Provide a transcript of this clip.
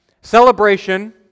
Celebration